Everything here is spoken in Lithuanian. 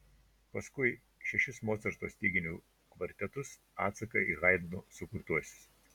paskui šešis mocarto styginių kvartetus atsaką į haidno sukurtuosius